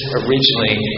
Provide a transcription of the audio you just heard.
originally